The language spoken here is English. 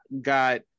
got